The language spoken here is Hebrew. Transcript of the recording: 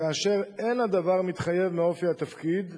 כאשר אין הדבר מתחייב מאופי התפקיד,